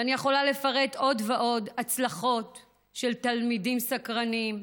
ואני יכולה לפרט עוד ועוד הצלחות של תלמידים סקרנים,